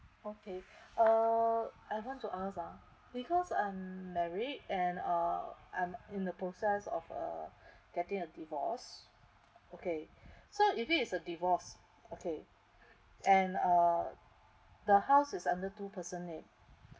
okay uh I want to ask ah because I'm married and uh I'm in the process of uh getting a divorce okay so if it's a divorce okay and uh the house is under two person name